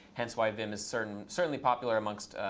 hence why vim is certainly certainly popular amongst